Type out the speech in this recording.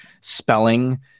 spelling